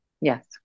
Yes